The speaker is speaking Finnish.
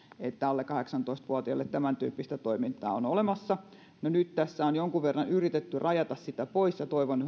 että alle kahdeksantoista vuotiaille tämän tyyppistä toimintaa on olemassa nyt tässä on jonkun verran yritetty rajata sitä pois ja toivon